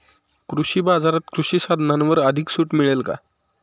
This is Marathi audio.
कृषी बाजारात कृषी साधनांवर अधिक सूट मिळेल का?